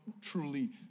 truly